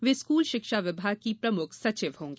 वे school शिक्षा विभाग की प्रमुख सचिव होंगी